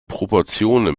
proportionen